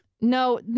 No